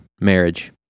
Marriage